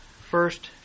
first